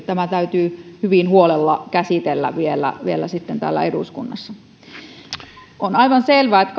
tämä täytyy hyvin huolella käsitellä vielä vielä täällä eduskunnassa on aivan selvää että